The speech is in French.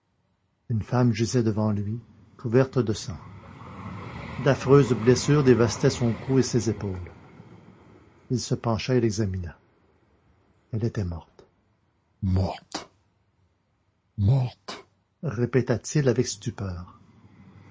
une femme gisait devant lui couverte de sang d'affreuses blessures dévastaient son cou et ses épaules il se pencha et l'examina elle était morte morte morte répéta-t-il avec stupeur